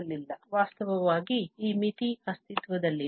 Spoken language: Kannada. ವಾಸ್ತವವಾಗಿ ಈ ಮಿತಿ ಅಸ್ತಿತ್ವದಲ್ಲಿಲ್ಲ